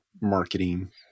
marketing